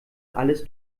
alles